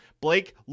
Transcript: Blake